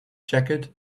jacket